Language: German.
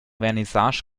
vernissage